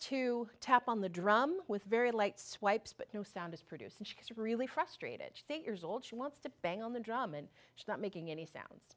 to tap on the drum with very light swipes but no sound is produced and she's really frustrated years old she wants to bang on the drum and she's not making any s